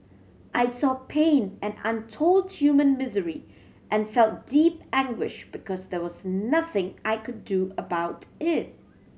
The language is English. I saw pain and untold human misery and felt deep anguish because there was nothing I could do about it